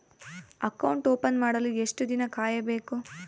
Account open ಮಾಡಲು ಎಷ್ಟು ದಿನ ಕಾಯಬೇಕು?